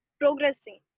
progressing